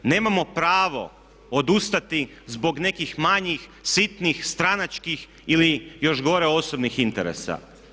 Nemamo pravo odustati zbog nekih manjih, sitnih, stranačkih ili još gore osobnih interesa.